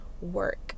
work